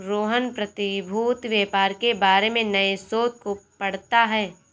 रोहन प्रतिभूति व्यापार के बारे में नए शोध को पढ़ता है